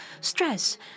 stress